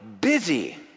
busy